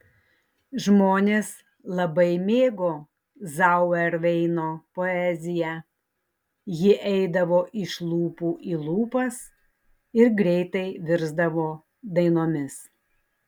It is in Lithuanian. žmonės labai mėgo zauerveino poeziją ji eidavo iš lūpų į lūpas ir greitai virsdavo dainomis